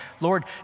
Lord